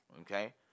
Okay